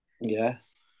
Yes